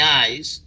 eyes